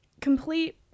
complete